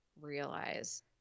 realize